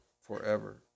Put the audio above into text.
forever